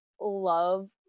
love